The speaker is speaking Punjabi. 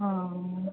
ਹਾਂ